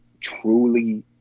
truly